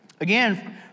Again